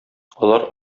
алар